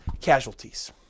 casualties